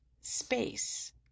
SPACE